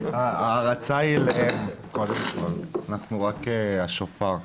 אנחנו רק השופר.